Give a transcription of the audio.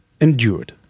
endured